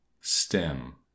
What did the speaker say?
stem